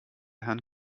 herrn